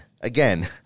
again